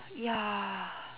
ya